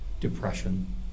depression